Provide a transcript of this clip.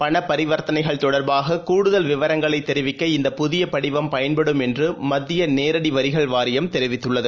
பணப்பரிவர்த்தனைகள் தொடர்பாககூடுதல் விவரங்களைதெரிவிக்க இந்தப் புதியபடிவம் பயன்படும் என்றுமத்தியநேரடிவரிகள் வாரியம் தெரிவித்துள்ளது